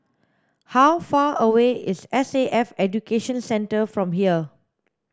how far away is S A F Education Centre from here